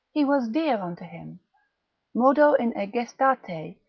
he was dear unto him modo in egestate,